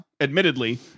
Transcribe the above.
admittedly